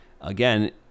again